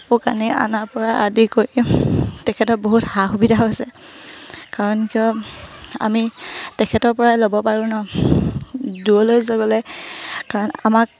কাপোৰ কানি আনাৰপৰা আদি কৰি তেখেতৰ বহুত সা সুবিধা হৈছে কাৰণ কিয় আমি তেখেতৰপৰাই ল'ব পাৰোঁ ন দূৰলৈ গ'লে কাৰণ আমাক